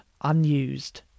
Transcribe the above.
unused